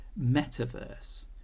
metaverse